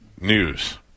News